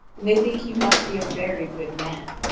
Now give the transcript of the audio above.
and they think he must be a very good man,